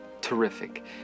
terrific